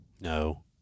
No